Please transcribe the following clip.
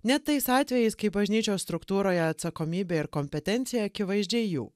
ne tais atvejais kai bažnyčios struktūroje atsakomybė ir kompetencija akivaizdžiai jų